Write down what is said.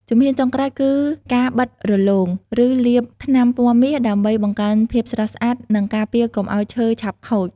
ជំហានចុងក្រោយគឺការបិតរលោង ឬលាបថ្នាំពណ៌មាសដើម្បីបង្កើនភាពស្រស់ស្អាត និងការពារកុំឱ្យឈើឆាប់ខូច។